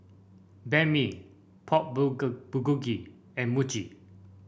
Banh Mi Pork Bulgogi and Mochi